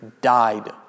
died